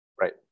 Right